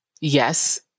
yes